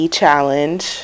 challenge